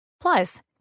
Plus